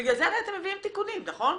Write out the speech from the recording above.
הרי בגלל זה אתם מביאים תיקונים, נכון?